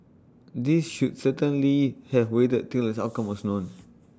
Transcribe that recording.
these should certainly have waited till its outcome was known